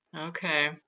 Okay